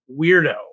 weirdo